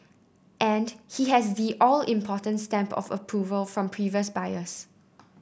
and he has the all important stamp of approval from previous buyers